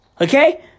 okay